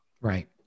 right